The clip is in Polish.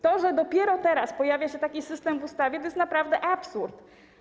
To, że dopiero teraz pojawia się taki system w ustawie, to jest naprawdę absurd.